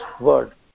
word